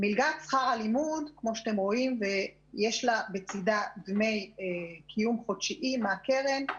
מלגת שכר הלימוד יש לה בצדה דמי קיום חודשיים מהקרן,